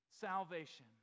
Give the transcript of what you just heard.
salvation